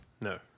No